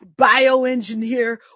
bioengineer